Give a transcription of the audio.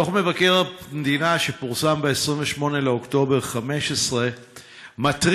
דוח מבקר המדינה שפורסם ב-28 באוקטובר 2015 מתריע,